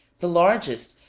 the largest,